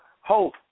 hope